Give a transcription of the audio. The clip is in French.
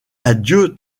adieu